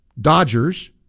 Dodgers